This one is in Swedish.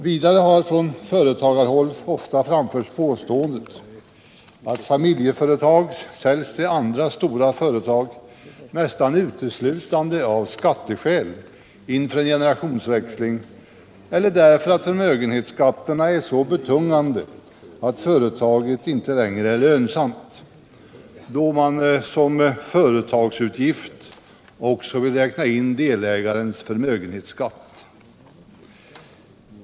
Vidare har från företagarhåll ofta framförts påståendet att familjeföretag säljs till andra stora företag nästan uteslutande av skatteskäl inför en generationsväxling, eller därför att förmögenhetsskatten är så betungande att företaget ej längre är lönsamt, då man som företagsutgift också vill räkna in delägarens förmögenhetsskatt.